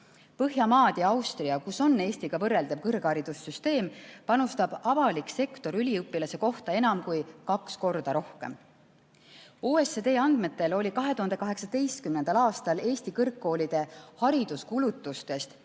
Põhjamaad ja Austria, kus on Eestiga võrreldav kõrgharidussüsteem, panustab avalik sektor üliõpilase kohta enam kui kaks korda rohkem. OECD andmetel [katsid] 2018. aastal Eesti kõrgkoolide hariduskulutustest üle